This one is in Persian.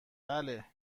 بله